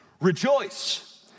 rejoice